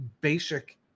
basic